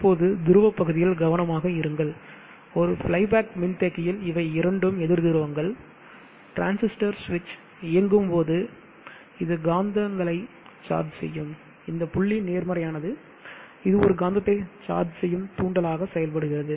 இப்போது துருவப்பகுதியில் கவனமாக இருங்கள் ஒரு ஃப்ளை பேக் மின்தேக்கியில் இவை இரண்டும் எதிர் துருவங்கள் டிரான்சிஸ்டர் சுவிட்ச் இயங்கும் போது இது இந்த காந்தங்களை சார்ஜ் செய்யும் இந்த புள்ளி நேர்மறையானது இது ஒரு காந்தத்தை சார்ஜ் செய்யும் தூண்டல் ஆக செயல்படுகிறது